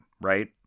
right